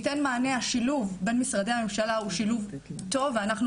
השילוב בין משרדי הממשלה הוא שילוב טוב ואנחנו